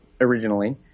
originally